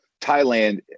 Thailand